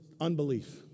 unbelief